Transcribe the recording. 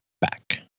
back